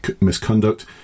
misconduct